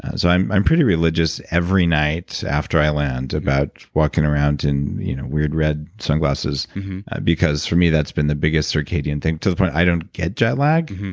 so i'm i'm pretty religious every night after i land about walking around and you know weird red sunglasses because for me, that's been the biggest circadian thing to the point i don't get jet lag.